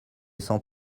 sans